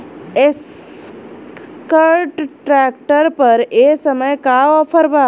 Escort tractor पर ए समय का ऑफ़र बा?